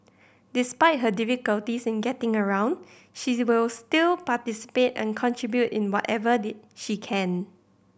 despite her difficulties in getting around she will still participate and contribute in whatever she can